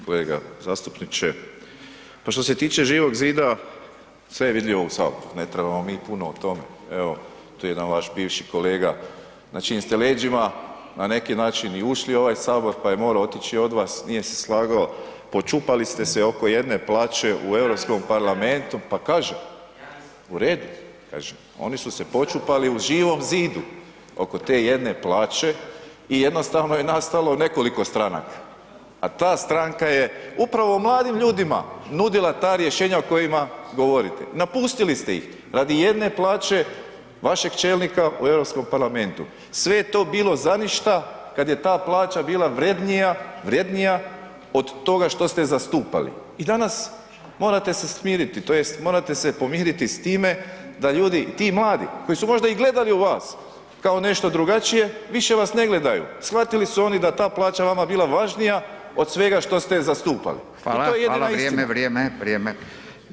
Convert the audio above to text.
Kolega zastupniče, pa što se tiče Živog zida, sve je vidljivo u saboru, ne trebamo mi puno o tome, evo tu je jedan vaš bivši kolega, znači vi ste leđima na neki način i ušli u ovaj sabor, pa je morao otići od vas, nije se slagao, počupali ste se oko jedne plaće u Europskom parlamentu [[Upadica: Ja nisam, ja nisam]] pa kažem [[Upadica: Ja nisam]] u redu, kažem oni su se počupali u Živom zidu oko te jedne plaće i jednostavno je nastalo nekoliko stranaka, a ta stranka je upravo mladim ljudima nudila ta rješenja o kojima govorite, napustili ste ih radi jedne plaće vašeg čelnika u Europskom parlamentu, sve je to bilo za ništa kad je ta plaća bila vrednija, vrjednija od toga što ste zastupali i danas morate se smiriti tj. morate se pomiriti s time da ljudi, ti mladi koji su možda i gledali u vas kao nešto drugačije, više vas ne gledaju, shvatili su oni da je ta plaća vama bila važnija od svega što ste zastupali [[Upadica: Fala, fala, vrijeme, vrijeme, vrijeme]] i to je jedina istina.